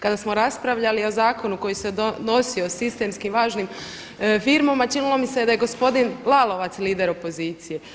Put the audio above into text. Kada smo raspravljali o zakonu koji se donosio sistemskim važnim firmama činilo mi se da je gospodin Lalovac lider opozicije.